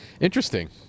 Interesting